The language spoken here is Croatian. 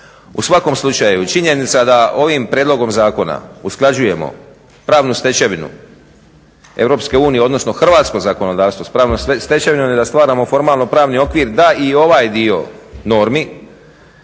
U svakom slučaju činjenica da ovim prijedlogom zakona usklađujemo pravnu stečevinu EU odnosno hrvatsko zakonodavstvo s pravnom stečevinom i da stvaramo formalno pravni okvir da i ovaj dio normi